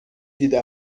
دیده